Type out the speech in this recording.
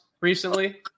recently